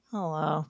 Hello